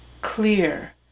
clear